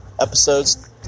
episodes